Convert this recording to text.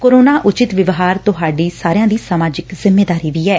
corona ਉਚਿਤ ਵਿਵਹਾਰ ਡੁਹਾਡੀ ਸਮਾਜਿਕ ਜਿੰਮੇਦਾਰੀ ਵੀ ਐ